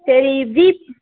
சரி ஜி